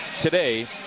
today